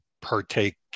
partake